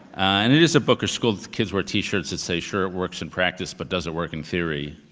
and it is a bookish school. the kids wear t-shirts that say, sure, it works in practice, but does it work in theory?